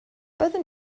byddwn